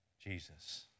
Jesus